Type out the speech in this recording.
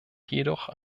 jedoch